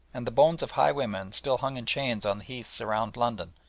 and the bones of highwaymen still hung in chains on the heaths around london,